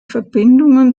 verbindungen